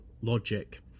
logic